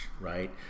Right